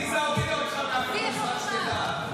עליזה הורידה אותך מה-cruise, רק שתדע.